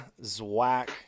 Zwack